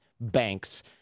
banks